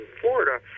Florida